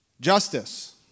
Justice